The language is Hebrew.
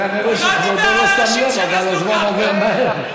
כנראה כבודו לא שם לב אבל הזמן עובר מהר.